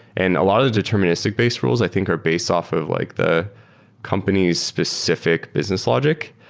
and a lot of deterministic-based rules i think are based off of like the company's specific business logic,